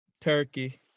Turkey